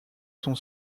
son